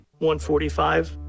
145